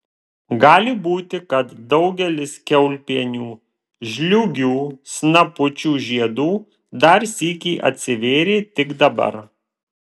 gali būti kad daugelis kiaulpienių žliūgių snapučių žiedų dar sykį atsivėrė tik dabar